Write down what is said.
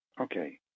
Okay